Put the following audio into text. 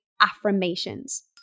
affirmations